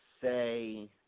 say –